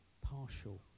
partial